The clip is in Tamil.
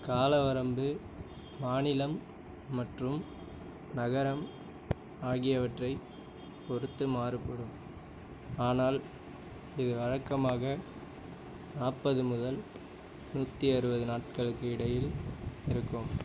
கால வரம்பு மாநிலம் மற்றும் நகரம் ஆகியவற்றைப் பொறுத்து மாறுபடும் ஆனால் இது வழக்கமாக நாற்பது முதல் நூற்றி அறுபது நாட்களுக்கு இடையில் இருக்கும்